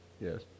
Yes